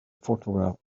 photograph